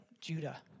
Judah